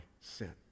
sin